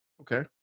Okay